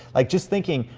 like, just thinking,